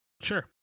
Sure